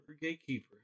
gatekeeper